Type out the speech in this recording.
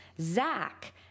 Zach